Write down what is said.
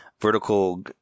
vertical